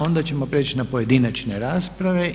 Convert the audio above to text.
Onda ćemo prijeći na pojedinačne rasprave.